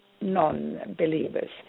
non-believers